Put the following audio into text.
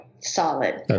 solid